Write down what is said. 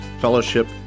fellowship